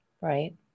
Right